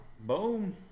Boom